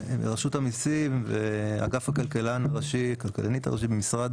רשות המיסים ואגף הכלכלנית הראשית במשרד